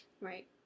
right